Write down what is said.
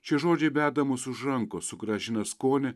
šie žodžiai veda mus už rankos sugrąžina skonį